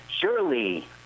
Surely